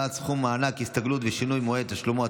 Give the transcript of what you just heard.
העלאת סכום מענק הסתגלות ושינוי מועד תשלומו),